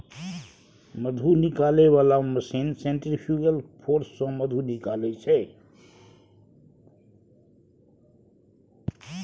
मधु निकालै बला machine centrifugal force सँ मधु निकालै छै